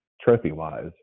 trophy-wise